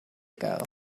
ago